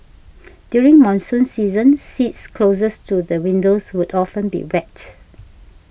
during monsoon season seats closest to the windows would often be wet